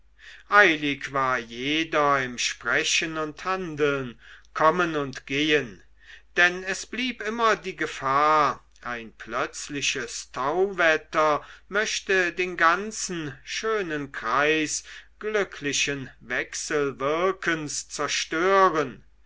eilig war jeder im sprechen und handeln kommen und gehen denn es blieb immer die gefahr ein plötzliches tauwetter möchte den ganzen schönen kreis glücklichen wechselwirkens zerstören